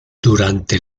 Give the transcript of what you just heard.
durante